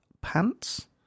Pants